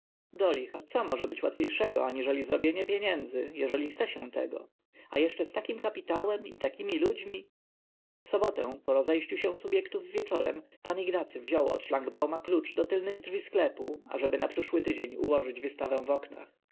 do licha co może być łatwiejszego aniżeli zrobienie pieniędzy jeżeli chce się tego a jeszcze z takim kapitałem i takimi ludźmi w sobotę po rozejściu się subjektów wieczorem pan ignacy wziął od szlangbauma klucz do tylnych drzwi sklepu ażeby na przyszły tydzień ułożyć wystawę w oknach